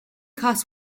kos